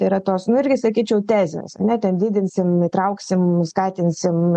tai yra tos nu irgi sakyčiau tezės ane ten didinsim įtrauksim skatinsim